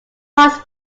mars